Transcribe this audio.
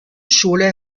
schule